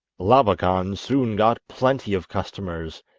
labakan soon got plenty of customers.